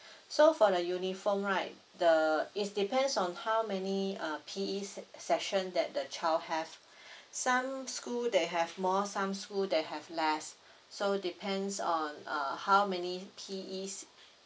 so for the uniform right the it depends on how many uh P_E session that the child have some school they have more some school they have less so depends on uh how many P_Es